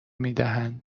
میدهند